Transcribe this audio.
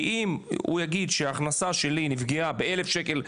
כי אם הוא יגיד שההכנסה שלו נפגעה באלף שקל,